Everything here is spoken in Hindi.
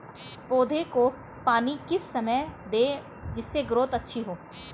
पौधे को पानी किस समय दें जिससे ग्रोथ अच्छी हो?